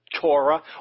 Torah